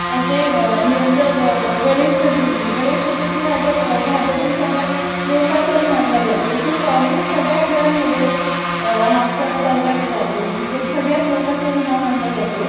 असे आणि नंतर ब ग गणेश चतुर्थी गणेश चतुर्थी हा तर भारतातील सगळ्यात मोठा सण मानला जातो खूप म्हणजे सगळ्या घरांमध्ये हा सण साजरा केला जातो म्हणजे सगळ्यात मोठा सण हा मानला जातो